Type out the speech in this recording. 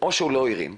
או שהוא לא ענה לשיחה,